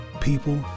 people